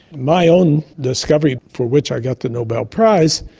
my own discovery, for which i got the nobel prize,